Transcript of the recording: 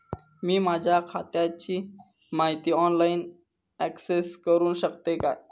मी माझ्या खात्याची माहिती ऑनलाईन अक्सेस करूक शकतय काय?